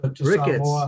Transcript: Ricketts